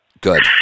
Good